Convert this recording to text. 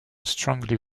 strongly